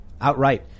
outright